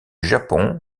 japon